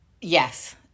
Yes